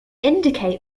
indicate